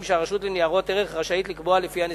שהרשות לניירות ערך לקבוע לפי הנסיבות.